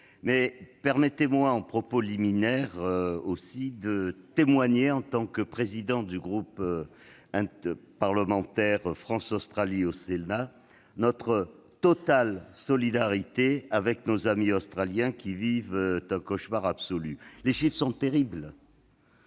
Permettez-moi, en propos liminaire, de témoigner, en tant que président du groupe interparlementaire d'amitié France-Australie au Sénat, de notre totale solidarité avec nos amis australiens, qui vivent un cauchemar absolu. Les chiffres sont terribles